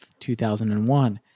2001